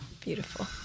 beautiful